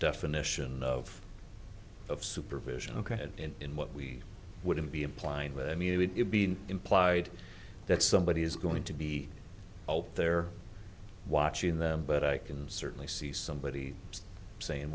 definition of of supervision ok in what we wouldn't be implying with i mean it would be implied that somebody is going to be out there watching them but i can certainly see somebody saying